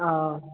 आँ